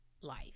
life